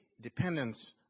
dependence